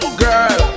girl